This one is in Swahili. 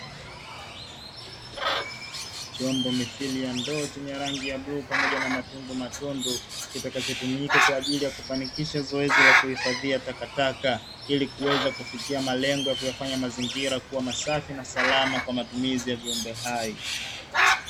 Chombo mithili ya ndoo chenye rangi ya bluu pamoja na matundumatundu, kitakachotumika kwa ajili ya kufanikisha zoezi la kuhifadhia takataka, ili kuweza kufikia malengo ya kufanya mazingira kuwa masafi na salama kwa matumizi ya viumbe hai.